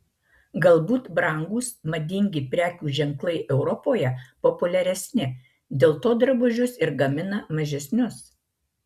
galbūt brangūs madingi prekių ženklai europoje populiaresni dėl to drabužius ir gamina mažesnius